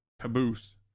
caboose